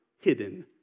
hidden